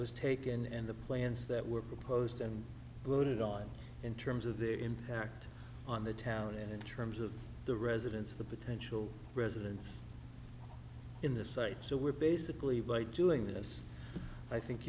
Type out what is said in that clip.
was taken and the plans that were proposed and voted on in terms of their impact on the town and in terms of the residence of the potential residents in the site so we're basically by doing this i think